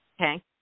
Okay